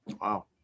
Wow